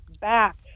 back